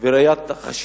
ועל ראיית החשיבות